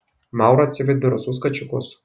maura atsivedė rusvus kačiukus